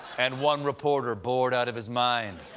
and one reporter, bored out of his mind,